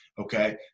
okay